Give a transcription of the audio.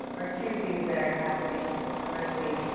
are two things that are happening concurrently,